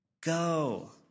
Go